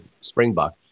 Springbok